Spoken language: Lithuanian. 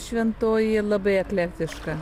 šventoji labai eklektiška